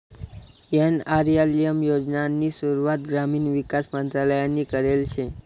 NRLM योजनानी सुरुवात ग्रामीण विकास मंत्रालयनी करेल शे